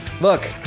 Look